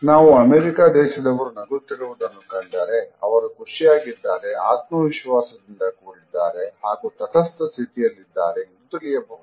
ನಾವು ಅಮೆರಿಕ ದೇಶದವರು ನಗುತ್ತಿರುವುದನ್ನು ಕಂಡರೆ ಅವರು ಖುಷಿಯಾಗಿದ್ದಾರೆ ಆತ್ಮವಿಶ್ವಾಸದಿಂದ ಕೂಡಿದ್ದಾರೆ ಹಾಗೂ ತಟಸ್ಥ ಸ್ಥಿತಿಯಲ್ಲಿದ್ದಾರೆ ಎಂದು ತಿಳಿಯಬಹುದು